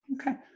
Okay